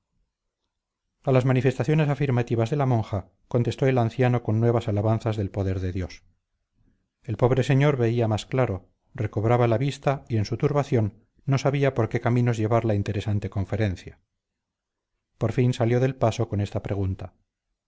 a las manifestaciones afirmativas de la monja contestó el anciano con nuevas alabanzas del poder de dios el pobre señor veía más claro recobraba la vista y en su turbación no sabía por qué caminos llevar la interesante conferencia por fin salió del paso con esta pregunta